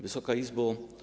Wysoka Izbo!